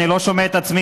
אני לא שומע את עצמי.